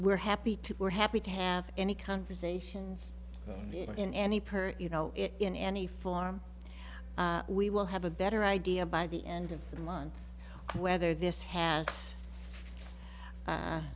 we're happy to we're happy to have any conversations in any person you know it in any form we will have a better idea by the end of the month whether this has a